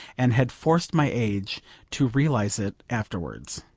and had forced my age to realise it afterwards.